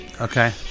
Okay